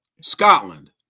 Scotland